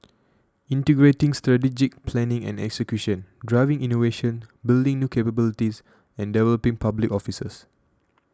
integrating strategic planning and execution driving innovation building new capabilities and developing public officers